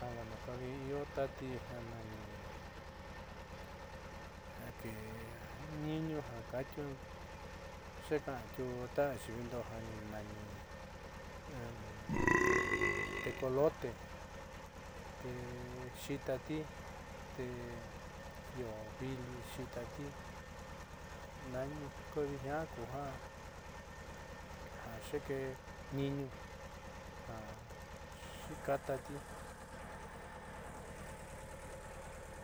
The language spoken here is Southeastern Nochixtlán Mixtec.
Bueno kodi io tati ja nani ja keé niiñuu ja ka'antiu xuuka'antiu ta ayiivindo ja nani tecolote te xiitati te io vili xiitati nani kodíjia kuja jaxiikeé ñiiñuu ja xuukaatati.